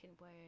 word